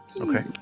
Okay